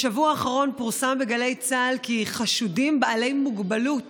בשבוע האחרון פורסם בגלי צה"ל כי חשודים בעלי מוגבלות